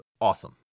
awesome